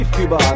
Cuba